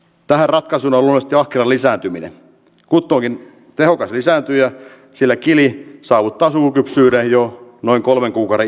tähän ratkaisun on nokkela lisääntyminen kuutonen tehokas lisääntyä sillä kielien salo taas on kypsyyden jo noin kolmen kuukauden